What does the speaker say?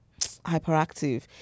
hyperactive